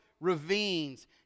ravines